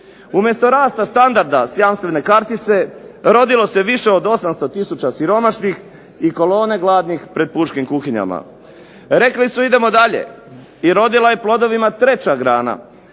Umjesto rasta standarda s jamstvene kartice rodilo se više od 800000 siromašnih i kolone gladnih pred pučkim kuhinjama. Rekli su idemo dalje i rodila je plodovima treća grana.